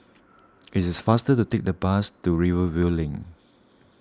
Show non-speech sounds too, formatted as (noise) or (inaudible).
(noise) it is faster to take the bus to Rivervale Link